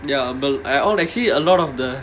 ya but all I see a lot of the